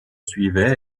suivaient